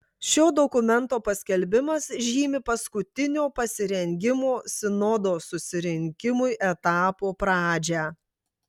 šio dokumento paskelbimas žymi paskutinio pasirengimo sinodo susirinkimui etapo pradžią